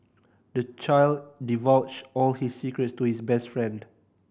the child divulged all his secrets to his best friend